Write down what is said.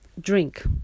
drink